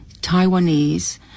Taiwanese